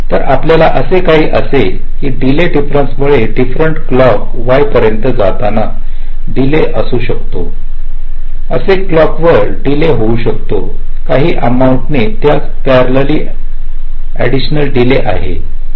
तर आपल्याला असे काही असेल की डिले डिफरेंस मुळे डिफरंट क्लॉक y पर्यंत जाताना डिले असू शकतो असा क्लॉकवर डिले होऊ शकतो काही अमाउिंट ने त्याच परळलेली एडिशनल डिले आहे